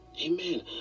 Amen